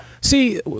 See